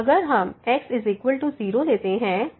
अगर हम x0 लेते हैं